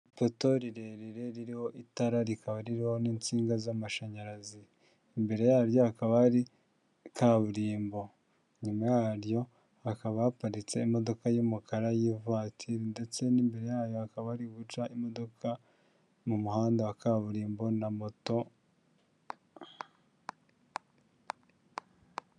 Ipoto rirerire ririho itara rikaba riri n'insinga z'amashanyarazi, imbere yaryo hakaba hari kaburimbo, inyuma yaryo hakaba haparitse imodoka y'umukara y'ivatiri ndetse n'imbere yayo hakaba hari guca imodoka m'umuhanda wa kaburimbo na moto.